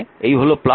মানে এই হল এই হল